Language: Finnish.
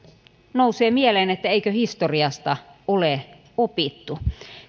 nousee mieleen että eikö historiasta ole opittu